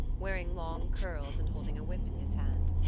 wearing long curls and holding a whip in his hand.